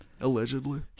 Allegedly